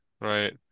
right